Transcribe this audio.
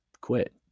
quit